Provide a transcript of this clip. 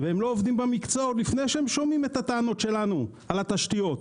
הם לא עובדים במקצוע עוד לפני שהם שומעים את הטענות שלנו על התשתיות.